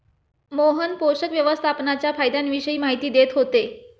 मोहन पोषक व्यवस्थापनाच्या फायद्यांविषयी माहिती देत होते